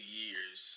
years